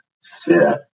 sit